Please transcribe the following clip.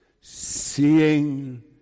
seeing